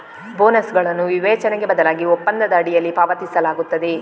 ಬೋನಸುಗಳನ್ನು ವಿವೇಚನೆಗೆ ಬದಲಾಗಿ ಒಪ್ಪಂದದ ಅಡಿಯಲ್ಲಿ ಪಾವತಿಸಲಾಗುತ್ತದೆ